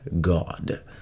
God